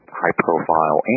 high-profile